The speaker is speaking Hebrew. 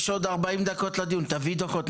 יש עוד ארבעים דקות לדיון, תביא דוחות.